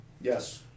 Yes